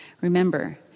Remember